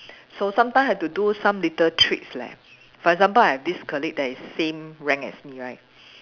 so sometimes have to do some little tricks leh for example I have this colleague that is same rank as me right